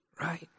right